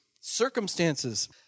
Circumstances